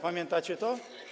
Pamiętacie to?